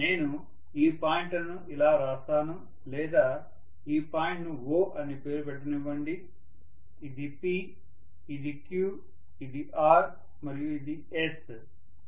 నేను ఈ పాయింట్లను ఇలా వ్రాస్తాను లేదా ఈ పాయింట్ ను O అని పేరు పెట్టనివ్వండి ఇది P ఇది Q ఇది R మరియు ఇది S